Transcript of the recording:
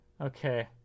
Okay